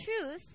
truth